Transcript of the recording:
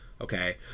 Okay